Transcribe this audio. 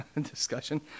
discussion